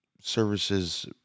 services